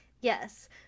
Yes